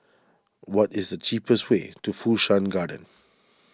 what is the cheapest way to Fu Shan Garden